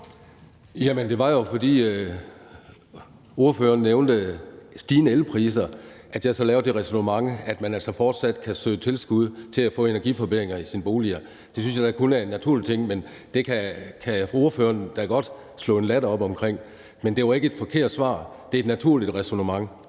elpriser, at jeg så lavede det ræsonnement, at man altså fortsat kan søge tilskud til at få energiforbedringer af sin bolig. Det synes jeg da kun er en naturlig ting. Det kan ordføreren da godt slå en latter op over, men det var ikke et forkert svar; det er et naturligt ræsonnement.